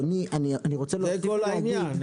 זה כל העניין,